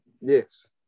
Yes